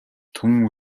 түмэн